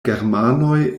germanoj